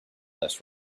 less